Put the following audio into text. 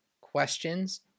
questions